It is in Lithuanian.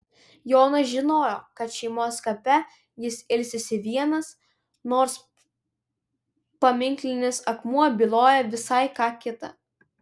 jonas žinojo kad šeimos kape jis ilsisi vienas nors paminklinis akmuo byloja visai ką kita